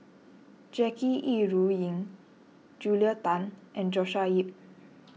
Jackie Yi Ru Ying Julia Tan and Joshua Ip